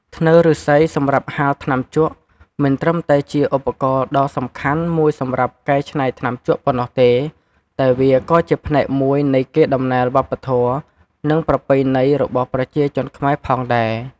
ធ្នើរឬស្សីសម្រាប់ហាលថ្នាំជក់ មិនត្រឹមតែជាឧបករណ៍ដ៏សំខាន់មួយសម្រាប់កែច្នៃថ្នាំជក់ប៉ុណ្ណោះទេ តែវាក៏ជាផ្នែកមួយនៃកេរដំណែលវប្បធម៌ និងប្រពៃណីរបស់ប្រជាជនខ្មែរផងដែរ។